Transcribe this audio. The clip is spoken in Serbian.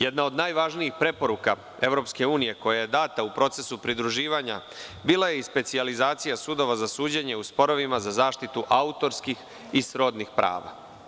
Jedna od najvažnijih preporuka EU koja je data u procesu pridruživanja, bila je i specijalizacija sudova za suđenje u sporovima za zaštitu autorskih i srodnih prava.